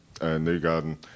Newgarden